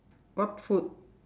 what food